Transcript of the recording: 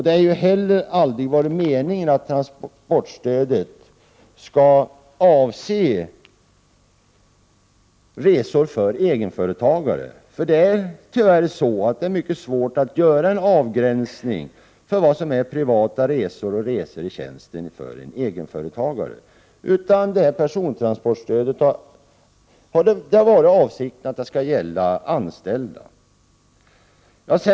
Det har heller aldrig varit meningen att persontransportstödet skall avse resor för egenföretagare. Det är tyvärr mycket svårt att göra en avgränsning av vad som är privatresor och resor i tjänsten för en egenföretagare. Avsikten har varit att persontransportstödet skall gälla anställda.